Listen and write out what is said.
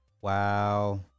Wow